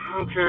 okay